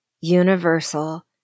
Universal